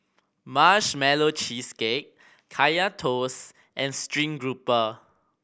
Marshmallow Cheesecake Kaya Toast and stream grouper